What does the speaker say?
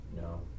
No